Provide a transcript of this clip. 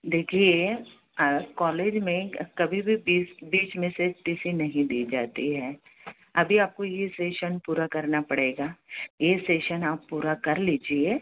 देखिए कॉलेज में कभी भी बीच बीच में से टी सी नहीं दी जाती है अभी आपको ये सेशन पूरा करना पड़ेगा ये सेशन आप पूरा कर लीजिए